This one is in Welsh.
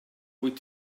wyt